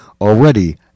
already